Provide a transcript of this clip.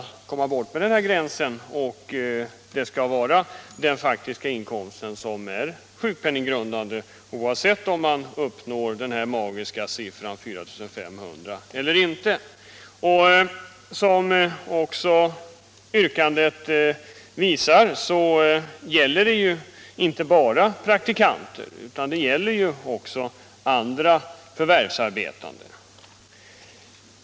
Avsikten är att den här gränsen skall tas bort och att den faktiska inkomsten skall vara sjukpenninggrundande — oavsett om man uppnår den magiska siffran 4 500 kr. eller inte. Såsom framgår av vårt yrkande gäller det inte bara praktikanter utan också andra förvärvsarbetande.